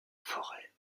forêt